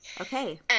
Okay